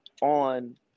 on